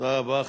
תודה רבה.